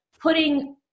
putting